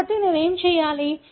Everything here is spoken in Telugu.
కాబట్టి నేను ఏమి చేయాలి